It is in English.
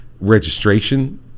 Registration